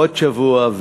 עוד שבוע,